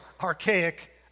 archaic